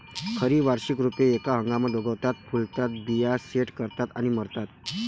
खरी वार्षिक रोपे एका हंगामात उगवतात, फुलतात, बिया सेट करतात आणि मरतात